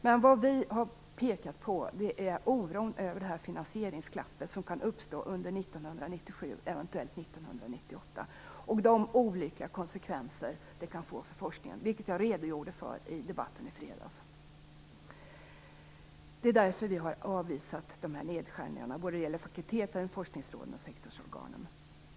Men vad vi har pekat på är oron över det finansieringsglapp som kan uppstå under 1997 och eventuellt under 1998 och de olika konsekvenser som det kan få för forskningen, vilket jag redogjorde för i debatten i fredags. Vi har därför avvisat nedskärningarna på såväl fakulteter, forskningsråd och sektorsorgan.